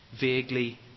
vaguely